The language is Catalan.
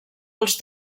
als